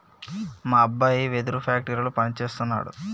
మా అబ్బాయి వెదురు ఫ్యాక్టరీలో పని సేస్తున్నాడు